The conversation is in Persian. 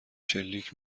شلیک